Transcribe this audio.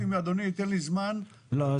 לא.